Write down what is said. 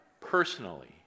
personally